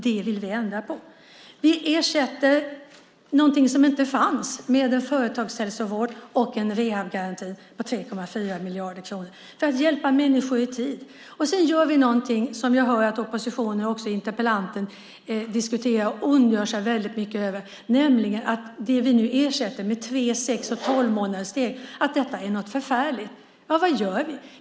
Det vill vi ändra på. Vi ersätter någonting som inte fanns med en företagshälsovård och en rehabgaranti på 3,4 miljarder kronor för att hjälpa människor i tid. Sedan gör vi någonting som jag hör att oppositionen, och också interpellanten, diskuterar och ondgör sig väldigt mycket över, nämligen att vi ersätter med tre, sex och tolvmånaderssteg. Ni säger att detta skulle vara något förfärligt. Vad gör vi då?